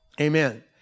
Amen